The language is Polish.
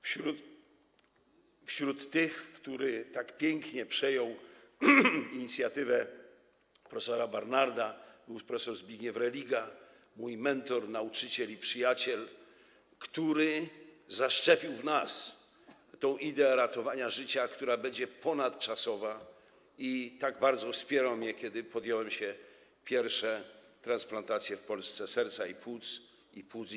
Wśród tych, którzy tak pięknie przejęli inicjatywę prof. Barnarda, był prof. Zbigniew Religa, mój mentor, nauczyciel i przyjaciel, który zaszczepił w nas tę ideę ratowania życia, która będzie ponadczasowa, i tak bardzo wspierał mnie, kiedy podjąłem się pierwszych w Polsce transplantacji serca i płuc.